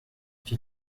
icyo